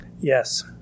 yes